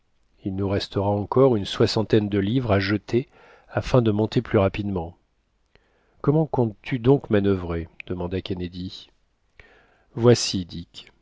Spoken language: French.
il nous restera encore une soixantaine de livres à jeter afin de monter plus rapidement comment comptes-tu donc manuvrer demanda kennedy voici dick